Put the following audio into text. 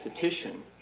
petition